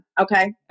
Okay